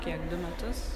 kiek du metus